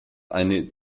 eine